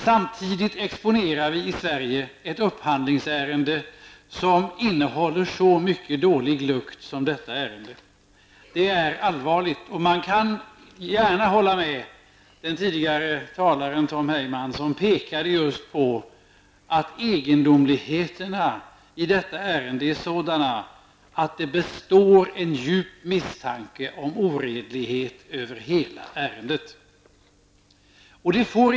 Samtidigt exponerar vi i Sverige ett upphandlingsärende som innehåller så mycket dålig lukt som detta ärende. Detta är allvarligt. Jag kan gärna hålla med den tidigare talaren Tom Heyman, som just pekade på att egendomligheterna i detta ärende är sådana att en djup misstanke om oredlighet i hela ärendet kvarstår.